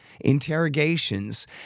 interrogations